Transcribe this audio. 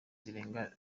zirenga